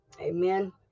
Amen